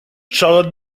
charlotte